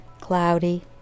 cloudy